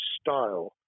style